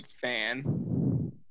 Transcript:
fan